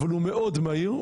אבל הוא מאוד מהיר,